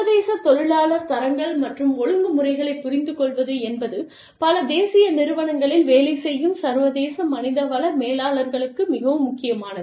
சர்வதேச தொழிலாளர் தரங்கள் மற்றும் ஒழுங்குமுறைகளைப் புரிந்துகொள்வது என்பது பல தேசிய நிறுவனங்களில் வேலை செய்யும் சர்வதேச மனித வள மேலாளர்களுக்கு மிகவும் முக்கியமானது